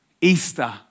Easter